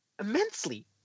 immensely